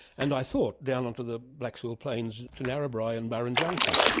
and i thought down onto the black soil plains to narrabri and burren junction.